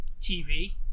TV